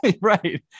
Right